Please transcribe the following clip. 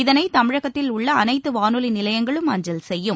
இதனை தமிழகத்தில் உள்ள அனைத்து வானொலி நிலையங்களும் அஞ்சல் செய்யும்